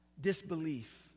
disbelief